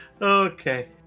Okay